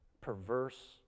perverse